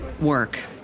work